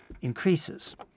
increases